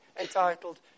entitled